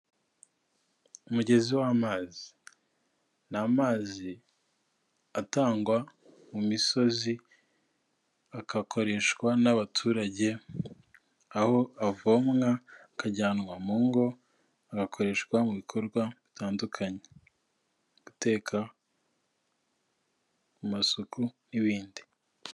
Umugezi w'amazi, ni amazi atangwa mu misozi agakoreshwa n'abaturage, aho avomwa akajyanwa mu ngo, agakoreshwa mu bikorwa bitandukanye, guteka, mu masuku n'ibindi.